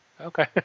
Okay